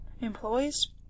employees